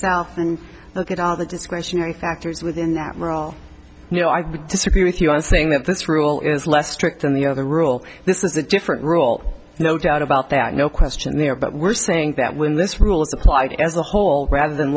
itself and look at all the discretionary factors within that role you know i would disagree with you on saying that this rule is less strict than the other rule this is a different rule no doubt about that no question there but we're saying that when this rule is applied as a whole rather than